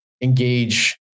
engage